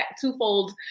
twofold